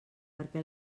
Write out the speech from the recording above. perquè